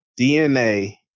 DNA